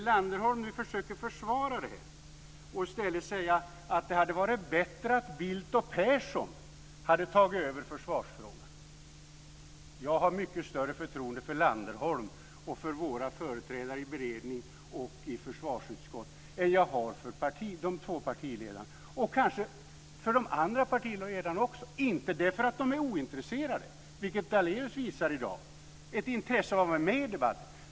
Landerholm försöker nu att försvara det med att säga att det hade varit bättre att Bildt och Persson hade tagit över försvarsfrågan. Jag har mycket större förtroende för Landerholm och för våra företrädare i beredning och försvarsutskott än vad jag har för dessa två partiledare och kanske också för de andra partiledarna, även om de, som Daléus i dag visat, inte är ointresserade av att delta i debatten.